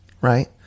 right